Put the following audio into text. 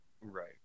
Right